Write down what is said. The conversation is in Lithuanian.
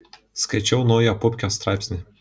skaičiau naują pupkio straipsnį